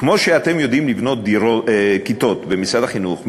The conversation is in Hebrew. כמו שאתם יודעים לבנות כיתות למשרד החינוך,